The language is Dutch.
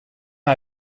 hij